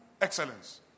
excellence